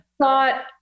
thought